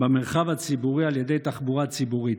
במרחב הציבורי על ידי תחבורה ציבורית.